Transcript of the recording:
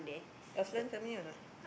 your send me or not